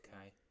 Okay